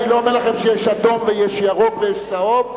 אני לא אומר לכם שיש אדום ויש ירוק ויש צהוב,